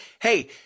hey